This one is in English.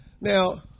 now